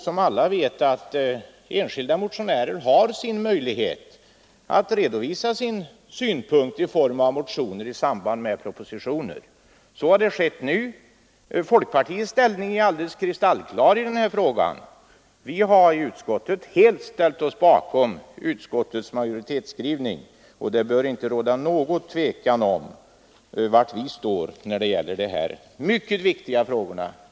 Som alla vet är det så att enskilda motionärer har möjlighet att redovisa sina synpunkter i form av motioner i samband med propositioner. Så har skett nu. Folkpartiets ställning i denna fråga är kristallklar. Vi har i utskottet helt ställt oss bakom utskottsmajoritetens skrivning, och det bör inte råda någon tvekan om var vi står när det gäller dessa mycket viktiga frågor.